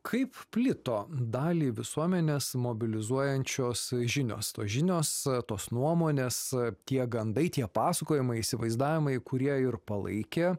kaip plito dalį visuomenės mobilizuojančios žinios tos žinios tos nuomonės a tie gandai tie pasakojimai įsivaizdavimai kurie ir palaikė